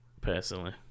personally